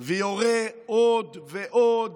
ויורה עוד ועוד